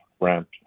ramp